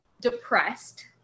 depressed